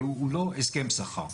אבל הוא לא הסכם שכר.